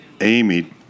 Amy